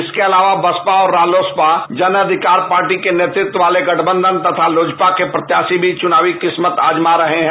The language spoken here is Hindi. इसके अलावा बसपा और रालोसपा जन अधिकार पार्टी के नेतुत्व वाले गठबंघन तथा लोजपा के फ्रत्यारी भी चुनायी किस्मत आजमा रहे हैं